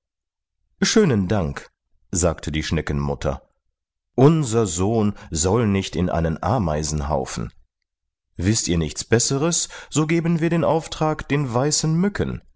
schönen dank sagte die schneckenmutter unser sohn soll nicht in einen ameisenhaufen wißt ihr nichts besseres so geben wir den auftrag den weißen mücken